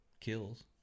Kills